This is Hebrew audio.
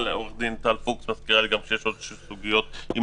עורכת הדין פוקס מזכירה לי שיש עוד שתי סוגיות שלא